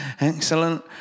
Excellent